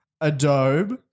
Adobe